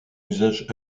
usage